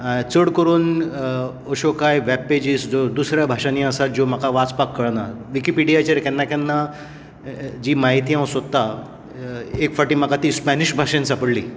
चड करून अश्यो कांय वॅब पेजीज दुसऱ्या भाशांनी आसात ज्यो म्हाका वाचपाक कळना विकीपिडीयाचेर केन्ना केन्ना जी म्हायती हांव सोदतां एक फावटी म्हाका स्पॅनिश भाशेंत सांपडली